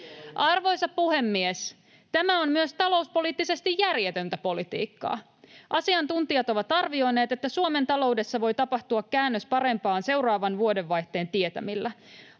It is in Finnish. Arvoisa puhemies! Tämä on myös talouspoliittisesti järjetöntä politiikkaa. Asiantuntijat ovat arvioineet, että Suomen taloudessa voi tapahtua käännös parempaan seuraavan vuodenvaihteen tietämillä.